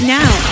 now